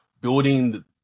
building